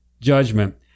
judgment